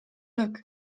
look